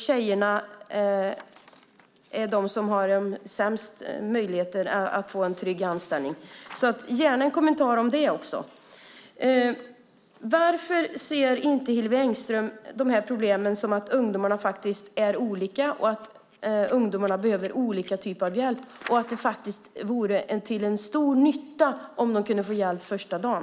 Tjejerna har sämst möjlighet att få en trygg anställning. Jag vill gärna ha en kommentar till det också. Varför ser inte Hillevi Engström de här problemen som att ungdomar är olika och behöver olika typ av hjälp? Det vore faktiskt till stor nytta om de kunde få hjälp första dagen.